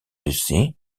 lucy